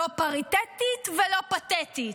לא פריטטית ולא פתטית.